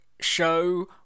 show